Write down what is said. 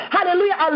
Hallelujah